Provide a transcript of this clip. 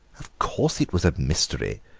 of course it was a mystery,